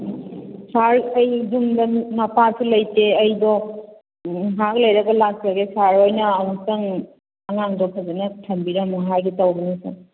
ꯁꯥꯔ ꯑꯩ ꯌꯨꯝꯗ ꯃꯄꯥꯁꯨ ꯂꯩꯇꯦ ꯑꯩꯗꯣ ꯉꯍꯥꯛ ꯂꯩꯔꯒ ꯂꯥꯛꯆꯒꯦ ꯁꯥꯔ ꯍꯣꯏꯅ ꯑꯃꯨꯛꯇꯪ ꯑꯉꯥꯡꯗꯣ ꯐꯖꯟꯅ ꯊꯝꯕꯤꯔꯝꯃꯣ ꯍꯥꯏꯒꯦ ꯇꯧꯕꯅꯤ ꯁꯥꯔ